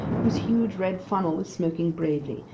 whose huge red funnel is smoking bravely,